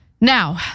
Now